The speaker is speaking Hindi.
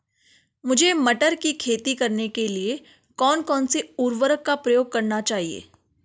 मुझे मटर की खेती करने के लिए कौन कौन से उर्वरक का प्रयोग करने चाहिए?